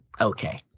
okay